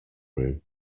room